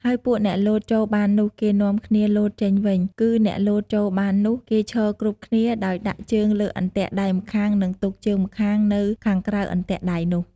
ហើយពួកអ្នកលោតចូលបាននោះ គេនាំគ្នាលោតចេញវិញ គឺអ្នកលោតចូលបាននោះ គេឈរគ្រប់គ្នាដោយដាក់ជើងលើអន្ទាក់ដៃម្ខាង និងទុកជើងម្ខាងនៅខាងក្រៅអន្ទាក់ដៃនោះ ។